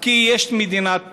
כי יש מדינת